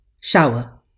shower